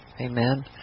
Amen